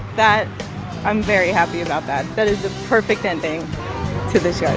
that i'm very happy about that. that is the perfect ending to this yard